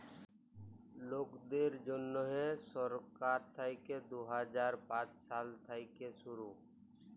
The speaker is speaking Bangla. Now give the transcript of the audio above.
লকদের জ্যনহে সরকার থ্যাইকে দু হাজার পাঁচ সাল থ্যাইকে শুরু